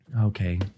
Okay